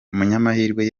umunyamahirwe